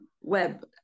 web